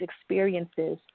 experiences